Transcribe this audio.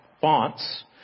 fonts